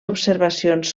observacions